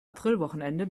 aprilwochenende